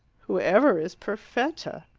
who ever is perfetta?